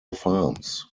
farms